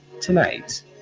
tonight